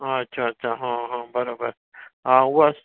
हा अच्छा अच्छा हा बराबरि हा उहा